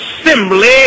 assembly